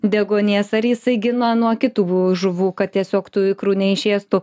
deguonies ar jisai gina nuo kitų žuvų kad tiesiog tų ikrų neišėstų